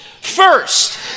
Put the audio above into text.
first